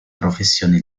professione